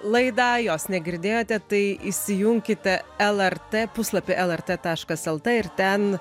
laidą jos negirdėjote tai įsijunkite lrt puslapį lrt taškas lt ir ten